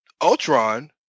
Ultron